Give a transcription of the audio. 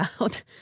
out